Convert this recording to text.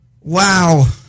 Wow